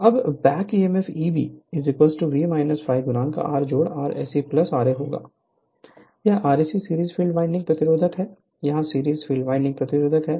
वहाँ back EMF है कि Eb back EMF V ∅ R Rse ra होगा यह Rse सीरीज़ फ़ील्ड वाइंडिंग प्रतिरोध है यहां सीरीज़ फ़ील्ड वाइंडिंग प्रतिरोध है